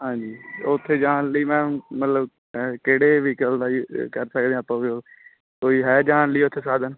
ਹਾਂਜੀ ਉੱਥੇ ਜਾਣ ਲਈ ਮੈਮ ਮਤਲਬ ਕਿਹੜੇ ਵਹੀਕਲ ਦਾ ਯ ਅ ਕਰ ਸਕਦੇ ਆਪਾਂ ਉਹਦੇ ਓ ਕੋਈ ਹੈ ਜਾਣ ਲਈ ਉੱਥੇ ਸਾਧਨ